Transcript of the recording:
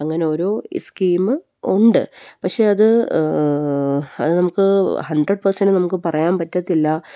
അങ്ങനെയോരോ സ്കീമുണ്ട് പക്ഷേ അത് അത് നമുക്ക് ഹൺഡ്രഡ് പെഴ്സെന്റ് നമുക്ക് പറയാൻ പറ്റില്ല